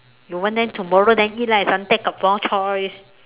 you want then tomorrow then eat lah at Suntec got more choice